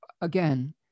again